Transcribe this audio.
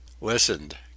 listened